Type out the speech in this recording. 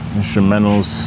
instrumentals